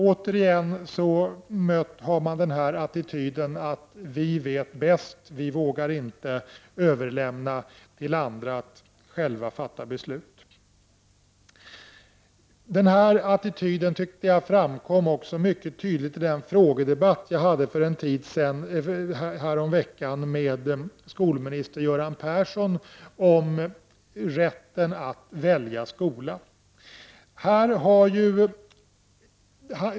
Återigen intar socialdemokraterna attityden som går ut på att de vet bäst och att de inte vågar överlämna till andra att själva fatta beslut. Jag tycker att den attityden också framkom mycket tydligt i den frågedebatt jag häromveckan hade med skolminister Göran Persson om rätten att välja skola.